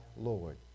Lord